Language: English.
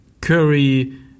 Curry